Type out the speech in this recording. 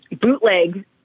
bootleg